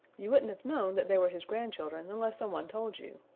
you wouldn't have known that they were his grandchildren unless some one told you.